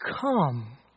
come